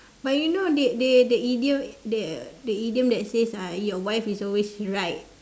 but you know they they they idiom the the idiom that says uh your wife is always right